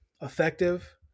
effective